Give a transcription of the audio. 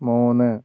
മൂന്ന്